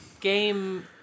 game